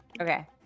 Okay